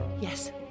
Yes